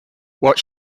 what